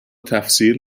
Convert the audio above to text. تفسیر